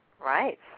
Right